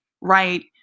right